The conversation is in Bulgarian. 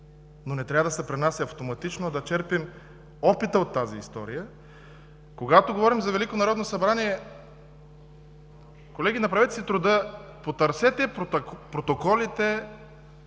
но не трябва да се пренася автоматично, а да черпим опит от тази история. Когато говорим за Велико Народно събрание, колеги, направете си труда, потърсете протоколите